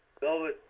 velvet